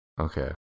okay